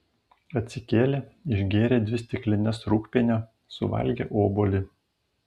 atsikėlė išgėrė dvi stiklines rūgpienio suvalgė obuolį